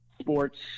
sports